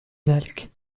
ذلك